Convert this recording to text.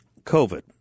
COVID